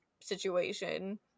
situation